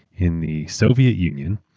in the soviet union,